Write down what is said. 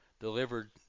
delivered